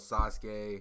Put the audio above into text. Sasuke